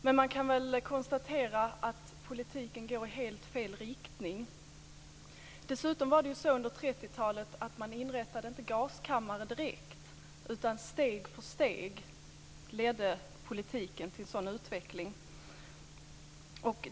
Men man kan väl konstatera att politiken går i helt fel riktning. Dessutom var det så under 30-talet att man inte inrättade gaskammare direkt, utan steg för steg ledde politiken till en sådan utveckling.